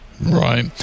Right